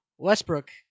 Westbrook